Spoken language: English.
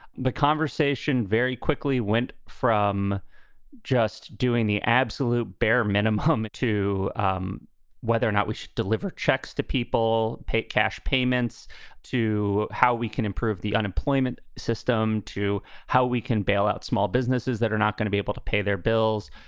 the conversation very quickly went from just doing the absolute bare minimum to um whether or not we should deliver checks to people, pay cash payments to how we can improve the unemployment system, to how we can bail out small businesses that are not going to be able to pay their bills.